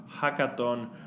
hackathon